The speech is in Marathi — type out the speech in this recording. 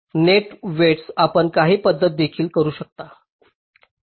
आणि नेट वेईटस आपण काही पद्धत देखील करू शकता